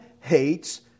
hates